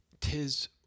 tis